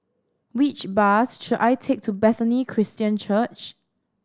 which bus should I take to Bethany Christian Church